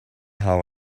how